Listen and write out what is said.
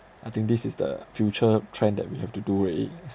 I think this is the future trend that we have to do already